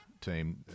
team